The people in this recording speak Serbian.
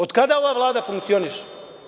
Od kada ova Vlada funkcioniše?